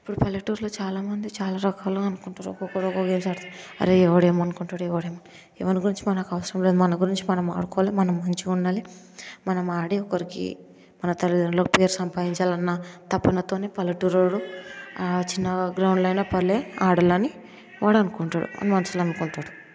ఇప్పుడు పల్లెటూరులో చాలామంది చాలా రకాలుగా అనుకుంటారు ఒక్కొక్కడు ఒక గేమ్స్ ఆడుతారు అరే ఎవడు ఏమనుకుంటాడు ఎవడు ఏమనుకుంటాడు ఎవరి గురించి మనకి అవసరం లేదు మన గురించి మనం అనుకోవాలి మనం మంచిగా ఉండాలి మనం ఆడి ఒకరికి మన తల్లిదండ్రులకి పేరు సంపాదించాలన్న తపనతోనే పల్లెటూరోడు చిన్న గ్రౌండ్ అయినా పర్లే ఆడాలని వాడు అనుకుంటాడు వాడి మనసులో అనుకుంటాడు